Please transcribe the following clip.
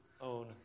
own